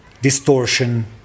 distortion